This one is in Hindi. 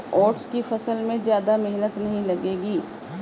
ओट्स की फसल में ज्यादा मेहनत नहीं लगेगी